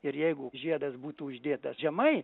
ir jeigu žiedas būtų uždėtas žemai